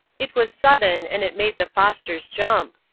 it was sudden, and it made the fosters jump.